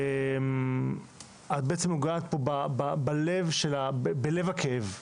את בעצם נוגעת פה בלב הכאב,